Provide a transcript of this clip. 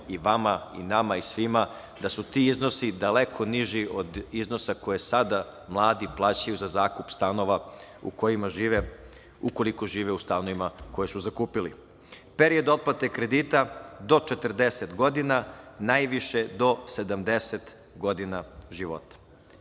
i vama, i nama i svima, da su ti iznosi daleko niži od iznosa koje sada mladi plaćaju za zakup stanova, ukoliko žive u stanovima koje su zakupili. Period otplate kredita – do 40 godina, najviše do 70 godina života. Dakle,